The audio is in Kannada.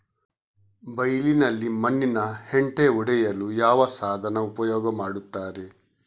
ಬೈಲಿನಲ್ಲಿ ಮಣ್ಣಿನ ಹೆಂಟೆ ಒಡೆಯಲು ಯಾವ ಸಾಧನ ಉಪಯೋಗ ಮಾಡುತ್ತಾರೆ?